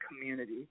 community